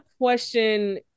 question